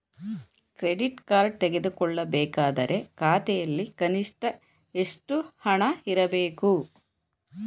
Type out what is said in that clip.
Credit card ತೆಗೆದುಕೊಳ್ಳಬೇಕಾದರೆ ಖಾತೆಯಲ್ಲಿ ಕನಿಷ್ಠ ಎಷ್ಟು ಹಣ ಇರಬೇಕು?